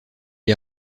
est